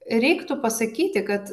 reiktų pasakyti kad